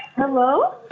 hello?